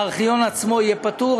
הארכיון עצמו יהיה פטור.